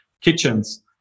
kitchens